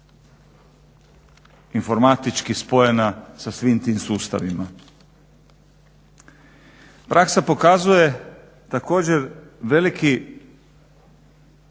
informatički spojena sa svim tim sustavima. Praksa pokazuje također veliki